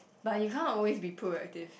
but you can't be always be proactive